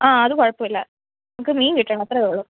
ആ അത് കുഴപ്പമില്ല എനിക്ക് മീൻ കിട്ടണം അത്രയേ ഉള്ളൂ